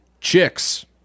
chicks